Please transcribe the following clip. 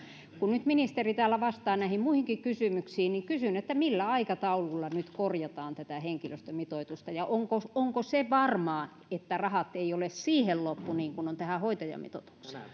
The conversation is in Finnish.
kun nyt ministeri täällä vastaa muihinkin kysymyksiin niin kysyn millä aikataululla nyt korjataan tätä henkilöstömitoitusta ja onko se onko se varmaa että rahat siihen eivät ole loppu niin kuin ovat tähän hoitajamitoitukseen